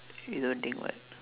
you don't think what